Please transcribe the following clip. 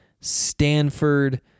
Stanford